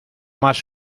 más